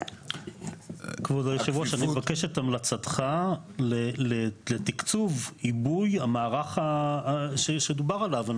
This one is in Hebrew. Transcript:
כבוד היו"ר אני מבקש את המלצתך לתקצוב עיבוי המערך שדובר עליו.